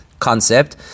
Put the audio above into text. Concept